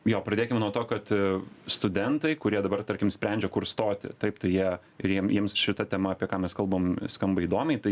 jo pradėkim nuo to kad studentai kurie dabar tarkim sprendžia kur stoti taip tai jie ir jiem jiems šita tema apie ką mes kalbam skamba įdomiai tai